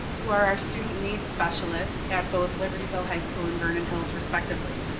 who are our student needs specialists at both libertyville high school and vernon hills respectively.